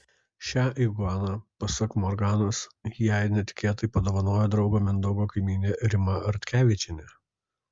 šią iguaną pasak morganos jai netikėtai padovanojo draugo mindaugo kaimynė rima ratkevičienė